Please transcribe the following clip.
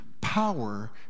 power